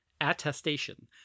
attestation